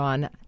On